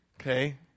Okay